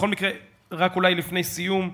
בכל מקרה, רק אולי לפני סיום,